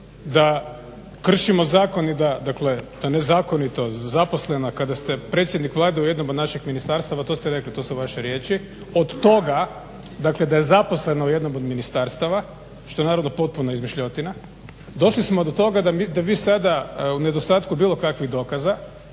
da kršimo zakon i da, dakle da nezakonito zaposlena. Kada ste predsjednik Vlade u našem jednom od našeg ministarstava to ste rekli, to su vaše riječi, od toga dakle da je zaposlena u jednom od ministarstava što je naravno potpuna izmišljotina došli smo do toga da vi sada u nedostatku bilo kakvih dokaza